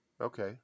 okay